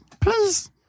please